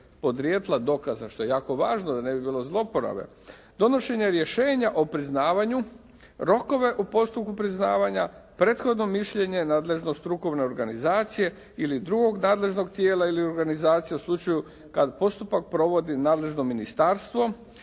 podrijetla dokaza što je jako važno da ne bi bilo zlouporabe. Donošenje rješenja o priznavanju, rokove u postupku priznavanja, prethodno mišljenje nadležno strukovne organizacije ili drugog nadležnog tijela ili organizacije u slučaju kad postupak provodi nadležno ministarstvo,